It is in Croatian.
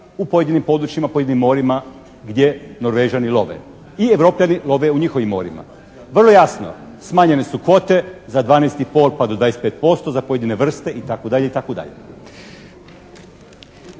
u pojedinim područjima, pojedinim morima gdje Norvežani love i Europljani love u njihovim morima. Vrlo jasno. Smanjene su kvote za 12 i pol pa do 25% za pojedine vrste itd.,